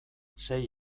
sei